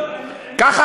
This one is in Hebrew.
ככה